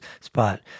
spot